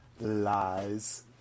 lies